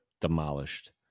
demolished